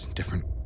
different